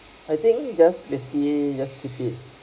I think just basically just keep it